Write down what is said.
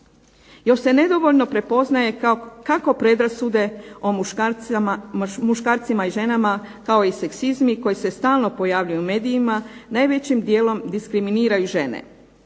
Još se nedovoljno prepoznaje kako predrasude o muškarcima i ženama kao i seksizmi koji se stalno pojavljuju u medijima najvećim dijelom diskriminiraju žene.